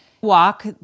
walk